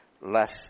less